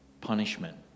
punishment